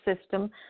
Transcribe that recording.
system